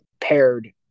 paired